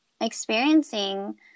experiencing